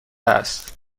است